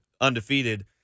undefeated